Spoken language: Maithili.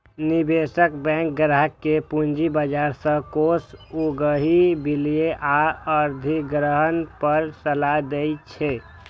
निवेश बैंक ग्राहक कें पूंजी बाजार सं कोष उगाही, विलय आ अधिग्रहण पर सलाह दै छै